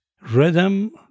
Rhythm